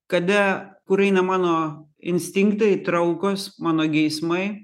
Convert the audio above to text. kada kur eina mano instinktai traukos mano geismai